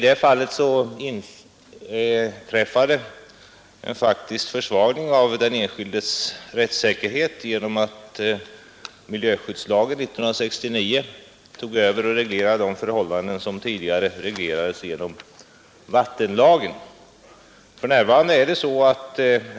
När regleringen av de förhållanden som berörs i motionen år 1969 överflyttades från vattenlagen till miljöskyddslagen inträffade faktiskt en försvagning av den enskildes rättssäkerhet.